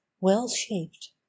well-shaped